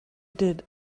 did